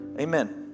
Amen